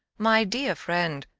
my dear friend,